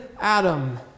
Adam